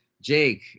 Jake